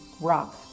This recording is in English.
rock